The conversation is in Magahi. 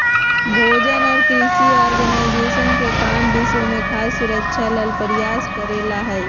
भोजन और कृषि ऑर्गेनाइजेशन के काम विश्व में खाद्य सुरक्षा ला प्रयास करे ला हई